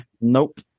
Nope